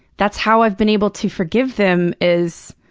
that's how i've been able to forgive them, is.